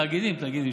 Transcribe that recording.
תאגידים, תאגידים.